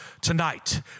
Tonight